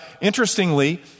interestingly